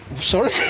Sorry